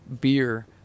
beer